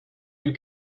you